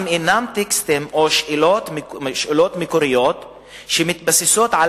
אלה אינם טקסטים או שאלות מקוריות שמתבססות על